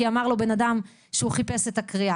כי אמר לו בן אדם שהוא חיפש את הקריאה,